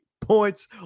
points